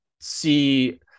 see